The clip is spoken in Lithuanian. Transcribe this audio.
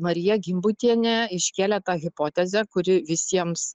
marija gimbutienė iškėlė tą hipotezę kuri visiems